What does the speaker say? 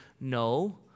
No